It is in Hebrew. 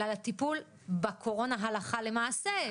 אלא בטיפול בקורונה הלכה למעשה,